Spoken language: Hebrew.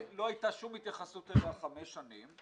הייתה שום התייחסות אליה חמש שנים,